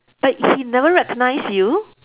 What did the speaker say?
but he never recognise you